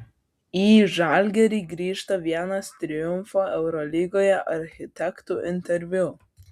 į žalgirį grįžta vienas triumfo eurolygoje architektų interviu